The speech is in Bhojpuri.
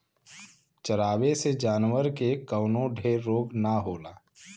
चरावे से जानवर के कवनो ढेर रोग ना होला